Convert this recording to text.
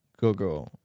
Gogo